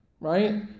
Right